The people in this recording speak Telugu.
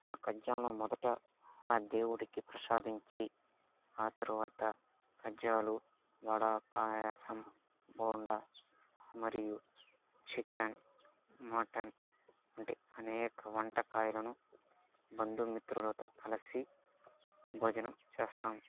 ఆ కజ్జాలను మొదట ఆ దేవుడికి ప్రసాదించి ఆ తర్వాత కజ్జాలు వడ పాయాసం బోండా మరియు చికెన్ మటన్ వంటి అనేక వంటకాయలను బంధుమిత్రులతో కలసి భోజనం చేస్తాం